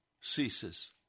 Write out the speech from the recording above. ceases